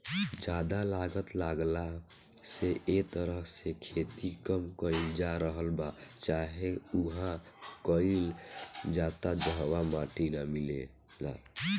ज्यादा लागत लागला से ए तरह से खेती कम कईल जा रहल बा चाहे उहा कईल जाता जहवा माटी ना मिलेला